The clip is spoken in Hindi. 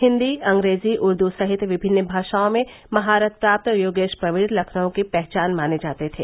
हिन्दी अंग्रेजी उर्दू सहित विभिन्न भाषाओं में महारत प्राप्त योगेश प्रवीण लखनऊ की पहचान माने जाते थे